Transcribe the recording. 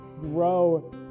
grow